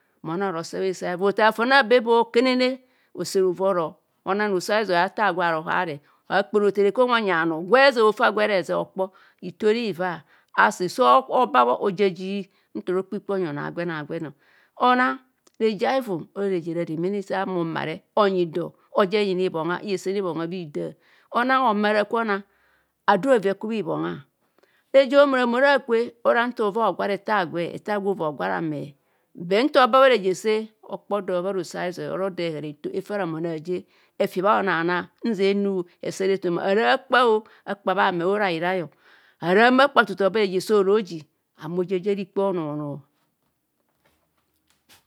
Maonang ora ose bha hese. A hevai othaar fon abe. Be okenne ose rovo. Oro habhang roso izoi. Ete agwe a ro haare. Habhe kpene hothere. Kwem bhanyi, gwe ezeb. Ofa, gwera hezeb hokpo. Ito ira hina. Asi sa obabho. Oja- ji nta ora okpe ikpe. Onyi ọnọọ agwen a- gwen. Onang reje a hivun. Ora reje rademe sa. Ame omare onyi do. Gwe oja heyina ibonga. Izesene ibonga bo ida. Onang omare akwe. Onang ado bhaavi ekubha. Ibonga reje a mora mora. Akwe oranta ova ogwa ara. Ete agwe, ete agwe ova. Agwa arame. But nta ona. Bhareje se okpo do. Bharo so izoi oro do. Hehara ito efa ramon. Aaje efi bha ona- ana. Nzia enu hesare ethonu. Araa kpa o, akpa bha ame ora bhirai, araa ma akpa tu tu oba reje sa oro oji. Ame ojaji ara ikpe. Ọnọọ-oho- onoo.